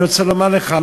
אני רוצה לומר לך,